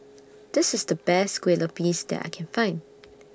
This IS The Best Kueh Lupis that I Can Find